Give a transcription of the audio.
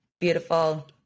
beautiful